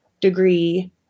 degree